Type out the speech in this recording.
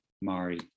Mari